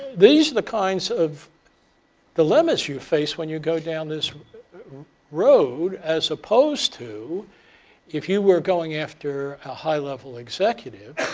these are the kinds of the limits you face when you go down this road as opposed to if you were going after a high-level executive,